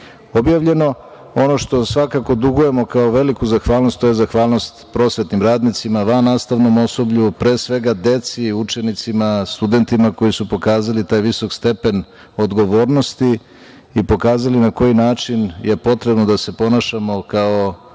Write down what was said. objavljeno. Ono što svakako dugujemo kao veliku zahvalnost, to je zahvalnost prosvetnim radnicima, vannastavnom osoblju, pre svega deci i učenicima, studentima koji su pokazali taj visok stepen odgovornosti i pokazali na koji način je potrebno da se ponašamo kao